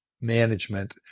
management